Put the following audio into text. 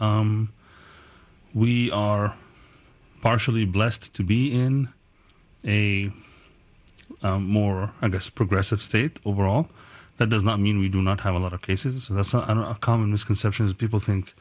we are partially blessed to be in a more or less progressive state overall that does not mean we do not have a lot of cases of common misconceptions people think